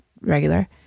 regular